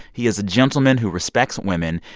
he is a gentleman who respects women.